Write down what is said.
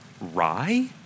Rye